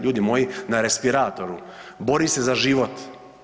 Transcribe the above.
ljudi moji na respiratoru, bori se za život.